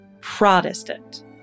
Protestant